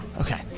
Okay